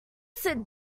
sit